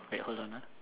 wait hold on ah